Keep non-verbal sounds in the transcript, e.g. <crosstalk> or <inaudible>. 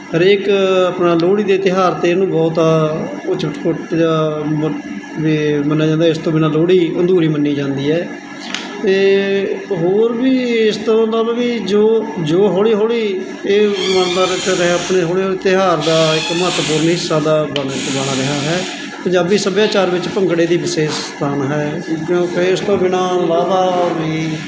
ਹਰੇਕ ਆਪਣਾ ਲੋਹੜੀ ਦੇ ਤਿਉਹਾਰ 'ਤੇ ਇਹਨੂੰ ਬਹੁਤ <unintelligible> ਵੀ ਮੰਨਿਆ ਜਾਂਦਾ ਇਸ ਤੋਂ ਬਿਨਾਂ ਲੋਹੜੀ ਅਧੂਰੀ ਮੰਨੀ ਜਾਂਦੀ ਹੈ ਅਤੇ ਹੋਰ ਵੀ ਇਸ ਤਰ੍ਹਾਂ ਦਾ ਵੀ ਜੋ ਜੋ ਹੌਲੀ ਹੌਲੀ ਇਹ <unintelligible> ਹੌਲੀ ਹੌਲੀ ਤਿਉਹਾਰ ਦਾ ਇੱਕ ਮਹੱਤਵਪੂਰਨ ਹਿੱਸਾ ਦਾ <unintelligible> ਬਣ ਰਿਹਾ ਹੈ ਪੰਜਾਬੀ ਸੱਭਿਆਚਾਰ ਵਿੱਚ ਭੰਗੜੇ ਦੀ ਵਿਸ਼ੇਸ਼ ਸਥਾਨ ਹੈ <unintelligible> ਇਸ ਤੋਂ ਬਿਨਾਂ ਵਾਵਾ ਵੀ